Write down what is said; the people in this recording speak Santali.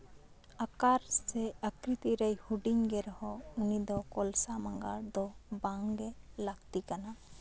ᱟᱠᱟᱨ ᱥᱮ ᱟᱠᱨᱤᱛᱤᱨᱮ ᱦᱩᱰᱤᱧ ᱜᱮ ᱨᱮᱦᱚᱸ ᱩᱱᱤ ᱫᱚ ᱠᱚᱞᱥᱟ ᱢᱟᱜᱟᱲ ᱫᱚ ᱵᱟᱝᱜᱮ ᱞᱟᱹᱠᱛᱤᱠᱟᱱᱟ